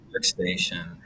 Workstation